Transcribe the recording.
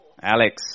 Alex